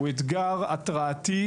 מדובר באתגר התרעתי,